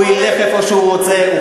הוא ילך איפה שהוא רוצה,